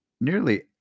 Nearly